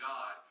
God